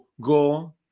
go